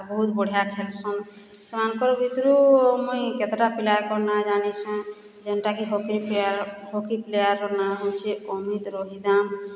ବହୁତ ବଢ଼ିଆ ଖେଲୁସନ୍ ସମସ୍ତଙ୍କ ଭିତରୁ ମୁଇଁ କେତେଟା ପିଲାଙ୍କର ନାଁ ଯାନିଛନ୍ ଯେନ୍ଟାକି ହକିର ପ୍ଲେୟାର୍ ହକି ପ୍ଲେୟାର୍ ନାଁ ହେଉଛି ଅମିତ ରୋହି ଦାସ